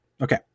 Okay